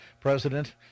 president